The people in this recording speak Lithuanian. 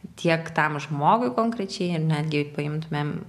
tiek tam žmogui konkrečiai ir netgi paimtumėm